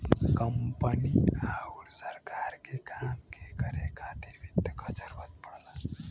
company आउर सरकार के काम के करे खातिर वित्त क जरूरत पड़ला